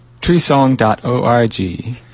treesong.org